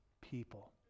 people